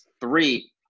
three